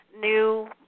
new